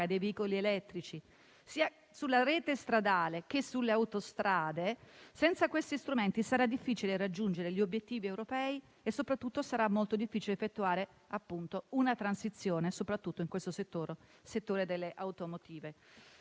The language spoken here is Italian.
dei veicoli elettrici sia sulla rete stradale sia sulle autostrade), senza questi strumenti sarà difficile raggiungere gli obiettivi europei e soprattutto sarà molto difficile effettuare una transizione nel settore dell'*automotive*.